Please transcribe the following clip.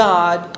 God